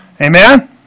Amen